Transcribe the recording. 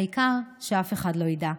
העיקר שאף אחד לא ידע.